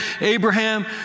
Abraham